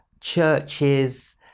Churches